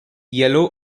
yellow